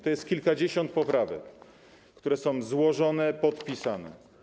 To jest kilkadziesiąt poprawek, które są złożone, podpisane.